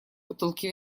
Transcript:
бутылки